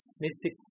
mystic